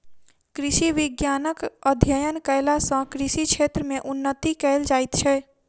कृषि विज्ञानक अध्ययन कयला सॅ कृषि क्षेत्र मे उन्नति कयल जाइत छै